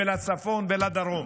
לצפון ולדרום,